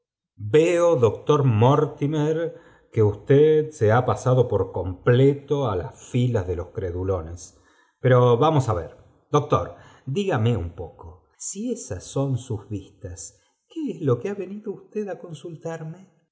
veo doctor mortimer que usted be ha pasaruo por completo á las filas de los oredulones pepo darnos á ver doctor dígame un poco si esas on bus vistas quó es lo que ha venido usted á consultarme